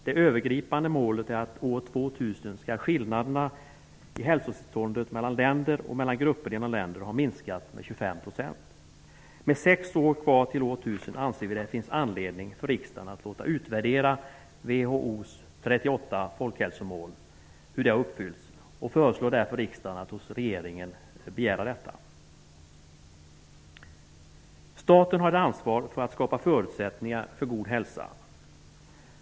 Det övergripande målet är att skillnaderna i hälsotillståndet mellan länder och mellan grupper inom länder år 2000 skall ha minskat med 25 %. Nu när sex år är kvar till år 2000 anser vi att det finns all anledning för riksdagen att låta utvärdera hur WHO:s 38 folkhälsomål har uppfyllts och föreslår därför riksdagen att hos regeringen begära detta. Staten har ett ansvar för att skapa förutsättningar för god hälsa.